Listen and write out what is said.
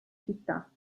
città